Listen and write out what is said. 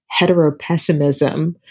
heteropessimism